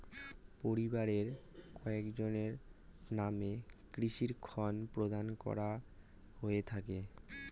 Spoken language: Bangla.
পরিবারের কয়জনের নামে কৃষি ঋণ প্রদান করা হয়ে থাকে?